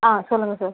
ஆ சொல்லுங்கள் சார்